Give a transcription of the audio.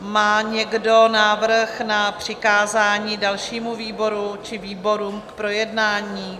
Má někdo návrh na přikázání dalšímu výboru či výborům k projednání?